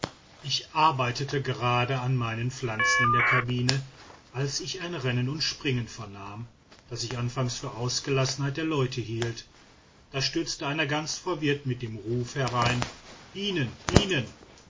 ich arbeitete gerade an meinen pflanzen in der kabine als ich ein rennen und springen vernahm das ich anfangs für ausgelassenheit der leute hielt da stürzt einer ganz verwirrt mit dem ruf herein bienen bienen